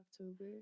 October